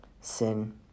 sin